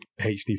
hd